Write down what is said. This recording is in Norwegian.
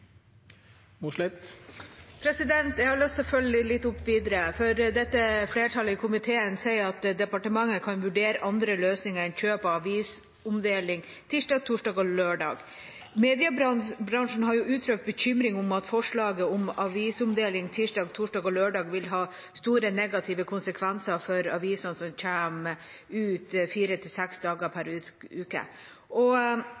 skal eg naturlegvis gjere ei vurdering av det med sikte på å få det til. Jeg har lyst til å følge opp videre, for dette flertallet i komiteen sier at departementet kan vurdere andre løsninger enn kjøp av avisomdeling tirsdag, torsdag og lørdag. Mediebransjen har uttrykt bekymring for at forslaget om at avisomdeling tirsdag, torsdag og lørdag vil ha store negative konsekvenser for avisene som kommer ut fire til